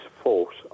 force